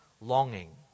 longing